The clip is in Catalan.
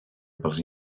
pels